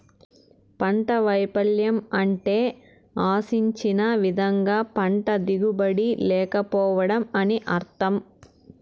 పంట వైపల్యం అంటే ఆశించిన విధంగా పంట దిగుబడి లేకపోవడం అని అర్థం